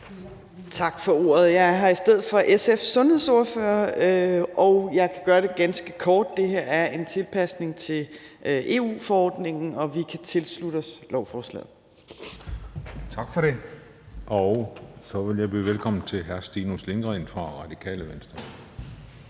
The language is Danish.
Tak for ordet. Jeg er her i stedet for SF's sundhedsordfører, og jeg kan gøre det ganske kort. Det her er en tilpasning til EU-forordningen, og vi kan tilslutte os lovforslaget. Kl. 11:47 Den fg. formand (Christian Juhl): Tak for det. Så vil jeg byde velkommen til hr. Stinus Lindgreen fra Radikale Venstre.